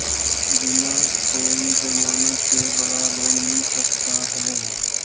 बिना कोई जमानत के बड़ा लोन मिल सकता है?